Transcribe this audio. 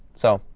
so